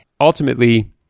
ultimately